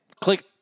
Click –